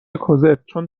کوزتچون